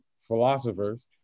philosophers